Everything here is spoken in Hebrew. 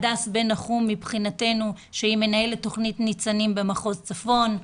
הדס בן נחום, מנהלת תוכנית ניצנים במחוז צפון,